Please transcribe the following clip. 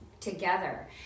together